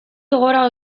gora